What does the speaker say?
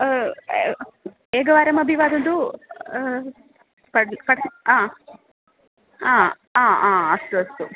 एकवारमपि वदतु पठ पठ अस्तु अस्तु